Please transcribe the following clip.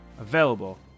available